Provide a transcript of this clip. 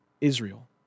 Israel